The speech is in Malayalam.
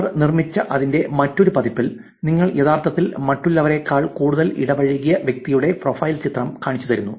അവർ നിർമ്മിച്ച അതിന്റെ മറ്റൊരു പതിപ്പിൽ നിങ്ങൾ യഥാർത്ഥത്തിൽ മറ്റുള്ളവരേക്കാൾ കൂടുതൽ ഇടപഴകിയ വ്യക്തിയുടെ പ്രൊഫൈൽ ചിത്രം കാണിച്ചുതരുന്നു